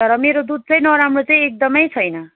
तर मेरो दुध चाहिँ नराम्रो चाहिँ एकदमै छैन